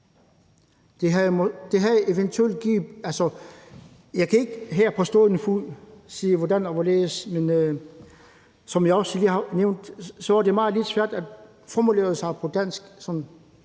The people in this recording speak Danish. Jeg kan ikke her på stående fod sige hvordan og hvorledes, men som jeg også lige har nævnt, er det for mig lidt svært at formulere mig på dansk,